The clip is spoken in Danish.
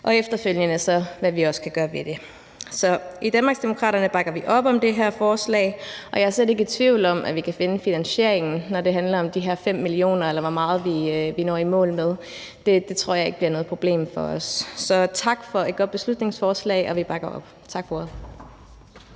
og efterfølgende så også, hvad vi kan gøre ved det. Så i Danmarksdemokraterne bakker vi op om det her forslag. Og jeg er slet ikke i tvivl om, at vi kan finde finansieringen, når det handler om de her 5 mio. kr., eller hvor meget vi når i mål med. Det tror jeg ikke bliver noget problem for os. Så tak for et godt beslutningsforslag, som vi bakker op. Tak for ordet.